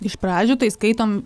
iš pradžių tai skaitom